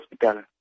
hospital